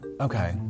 Okay